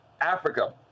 Africa